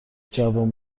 جوون